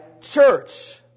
church